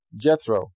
Jethro